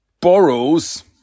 borrows